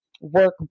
work